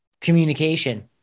communication